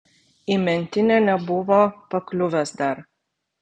į mentinę nebuvo pakliuvęs dar